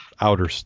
outer